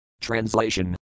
Translation